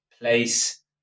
place